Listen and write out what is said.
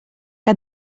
que